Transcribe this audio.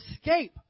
escape